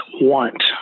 want